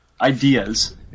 ideas